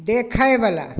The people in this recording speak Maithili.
देखैवला